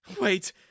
Wait